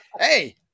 hey